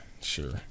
sure